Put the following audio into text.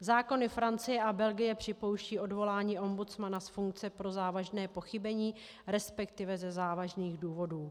Zákony Francie a Belgie připouštějí odvolání ombudsmana z funkce pro závažné pochybení, resp. ze závažných důvodů.